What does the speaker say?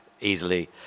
easily